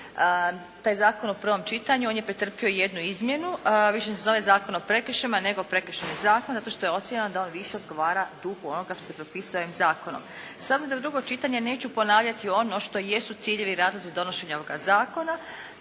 taj zakon u prvom čitanju on je pretrpio jednu izmjenu. Više se ne zove Zakon o prekršajima, nego Prekršajni zakon zato što je ocijenjeno da on više odgovara duhu onoga što se propisuje ovim zakonom. S obzirom da u drugom čitanju neću ponavljati ono što jesu ciljevi i razlozi donošenja ovoga zakona